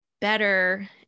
better